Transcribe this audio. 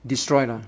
destroyed lah